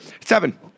Seven